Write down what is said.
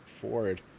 ford